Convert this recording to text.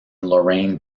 lorain